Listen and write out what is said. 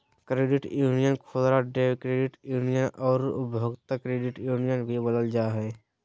credit union खुदरा credit union आर उपभोक्ता क्रेडिट यूनियन भी बोलल जा हइ